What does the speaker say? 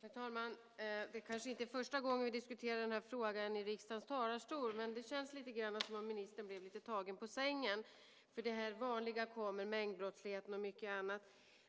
Herr talman! Det kanske inte är första gången vi diskuterar den här frågan i riksdagens talarstol, men det känns som om ministern blev lite tagen på sängen. Det kom det vanliga med mängdbrottsligheten och mycket annat.